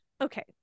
okay